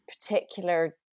particular